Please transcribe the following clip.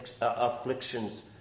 afflictions